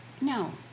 No